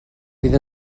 fydd